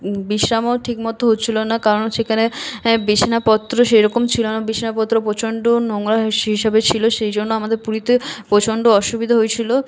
বিশ্রামও ঠিকমতো হচ্ছিল না কারণ সেখানে বিছানাপত্র সেইরকম ছিল না বিছানাপত্র প্রচণ্ড নোংরা হিসেবে ছিল সেই জন্য আমাদের পুরীতে প্রচণ্ড অসুবিধা হয়েছিল